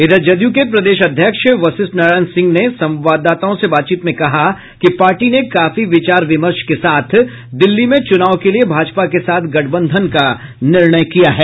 इधर जदयू के प्रदेश अध्यक्ष वशिष्ठ नारायण सिंह ने संवाददाताओं से बातचीत में कहा कि पार्टी ने काफी विचार विमर्श के साथ दिल्ली में चुनाव के लिए भाजपा के साथ गठबंधन का निर्णय किया है